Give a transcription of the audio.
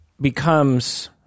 becomes